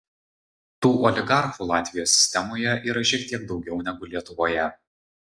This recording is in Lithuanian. tų oligarchų latvijos sistemoje yra šiek tiek daugiau negu lietuvoje